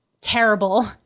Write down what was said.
terrible